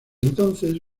entonces